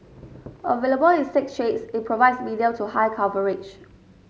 available in six shades it provides medium to high coverage